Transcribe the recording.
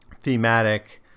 thematic